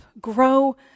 Grow